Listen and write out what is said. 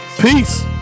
peace